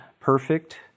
perfect